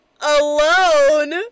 alone